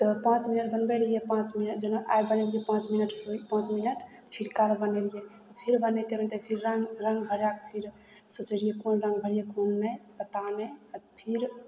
पाँच मिनट बनबय रहियै पाँच मिनट जेना आइ बनेलियै पाँच मिनट फेर काल्हि बनेलियै फेर बनयते बनयते फेर रङ्ग भरिकऽ फेर सोचय रहियै कोन रङ्ग भरियै कोन रङ्ग नहि पता नहि अऽ फिर